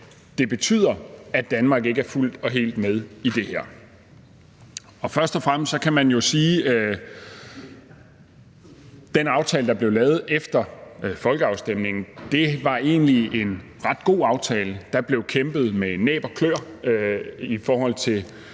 det betyder, at Danmark ikke er fuldt og helt med i det her. Først og fremmest kan man jo sige, at den aftale, der blev lavet efter folkeafstemningen, egentlig var en ret god aftale. Der blev kæmpet med næb og klør i forhold til